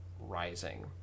rising